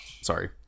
Sorry